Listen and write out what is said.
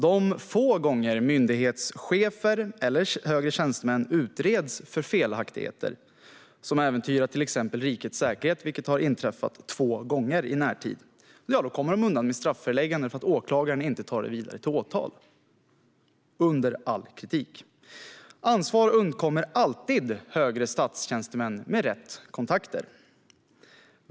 De få gånger myndighetschefer eller högre tjänstemän utreds för felaktigheter som äventyrar till exempel rikets säkerhet, vilket har inträffat två gånger i närtid, kommer de undan med strafförelägganden för att åklagaren inte tar det vidare till åtal. Det är under all kritik. Högre statstjänstemän med rätt kontakter undkommer alltid ansvar.